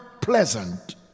pleasant